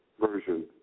version